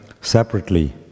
separately